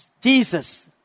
Jesus